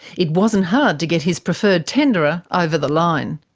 it wasn't hard to get his preferred tenderer over the line.